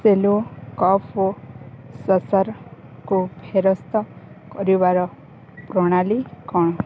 Cello cup ଓ ସସର୍କୁ ଫେରସ୍ତ କରିବାର ପ୍ରଣାଳୀ କ'ଣ